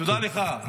תודה לך.